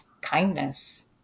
kindness